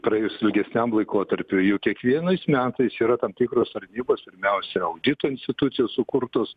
praėjus ilgesniam laikotarpiui juk kiekvienais metais yra tam tikros sargybos pirmiausia audito institucijų sukurtos